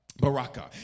Baraka